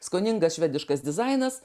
skoningas švediškas dizainas